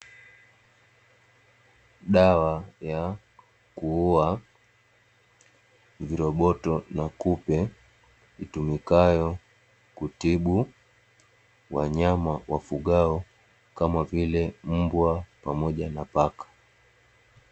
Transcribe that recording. Dawa ya kuua viroboto na kupe, itumikayo kutibu wanyama wafugwao kama vile mbwa pamoja na paka.